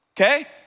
okay